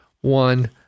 one